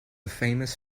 famous